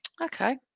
Okay